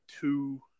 two